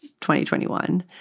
2021